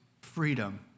freedom